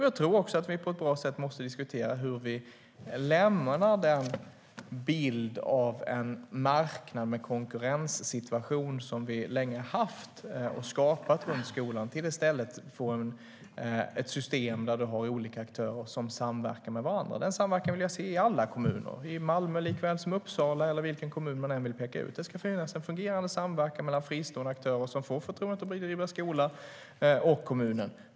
Jag tror också att vi på ett bra sätt måste diskutera hur vi lämnar den bild av en marknad med konkurrenssituation som vi länge har haft och skapat runt skolan och i stället får ett system där man har olika aktörer som samverkar med varandra. Den samverkan vill jag se i alla kommuner, i Malmö likaväl som i Uppsala eller vilken kommun man än vill peka ut. Det ska finnas en fungerande samverkan mellan de fristående aktörer som får förtroendet att bedriva skola och kommunen.